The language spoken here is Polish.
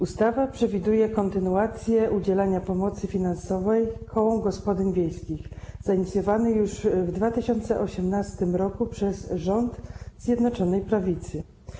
Ustawa przewiduje kontynuację udzielania pomocy finansowej kołom gospodyń wiejskich zainicjowanej już w 2018 r. przez rząd Zjednoczonej Prawicy.